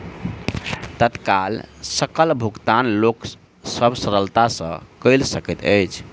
तत्काल सकल भुगतान लोक सभ सरलता सॅ कअ सकैत अछि